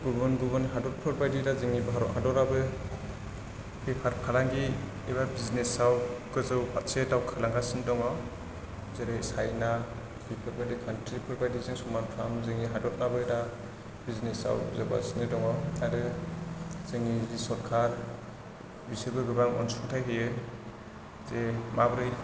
गुबुन गुबुन हादरफोर बायदि दा जोंनि भारत हादराबो बेफार फालांगि एबा बिजिनेसआव गोजौ फारसे दावखोलांगासिनो दङ जेरै चायना बेफोरबायदि खान्थ्रिफोरबायदि जों समानफ्राम जोंनि हादरफोराबो दा बिजिनेसआव जोगा गासिनो दङ आरो जोंनि जि सरकार बिसोरबो गोबां अनसुंथाय होयो जे माबोरै